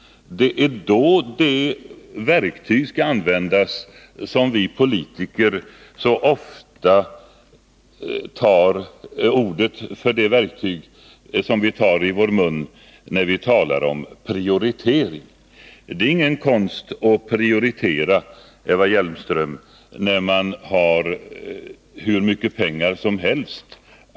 Det är nu det verktyg skall användas som vi politiker så ofta talar om: prioritering. Det är ingen konst, Eva Hjelmström, att prioritera när man har hur mycket pengar som helst.